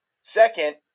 Second